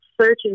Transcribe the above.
searching